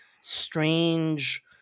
strange